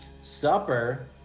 supper